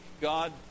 God